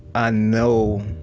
ah know